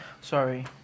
Sorry